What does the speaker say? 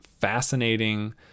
fascinating